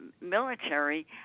military